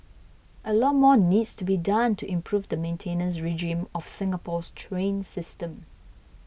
a lot more needs to be done to improve the maintenance regime of Singapore's train system